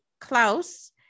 Klaus